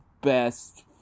best